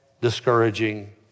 discouraging